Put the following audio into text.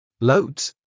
Loads